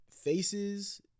faces